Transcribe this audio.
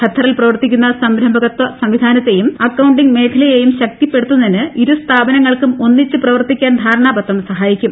ഖത്തറിൽ പ്രവർത്തിക്കുന്ന സംരംഭക്ത്വ സംവിധാനത്തെയും അക്കൌണ്ടിംഗ് മേഖലയേയും ശക്തിപ്പെടുത്തുന്നതിന് ഇരു സ്ഥാപനങ്ങൾക്കും ഒന്നിച്ച് പ്രവർത്തിക്കാൻ ധാരണാപത്രം സഹായിക്കും